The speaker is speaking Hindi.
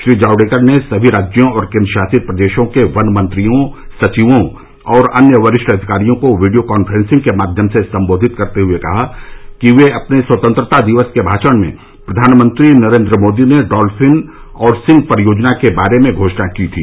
श्री जावड़ेकर ने सभी राज्यों और केंद्रशासित प्रदेशों के वन मंत्रियों सचिवों और अन्य वरिष्ठ अधिकारियों को वीडियो कॉन्फ्रेंसिंग के माध्यम से संबोधित करते हए कहा कि अपने स्वतंत्रता दिवस के भाषण में प्रधानमंत्री नरेन्द्र मोदी ने डॉल्फिन और सिंह परियोजना के बारे में घोषणा की थी